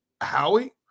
Howie